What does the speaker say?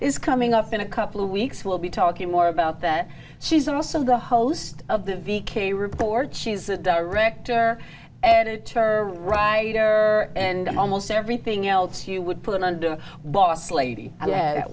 is coming up in a couple of weeks we'll be talking more about that she's also the host of the v k report she's the director editor or writer and almost everything else you would put under boss lady a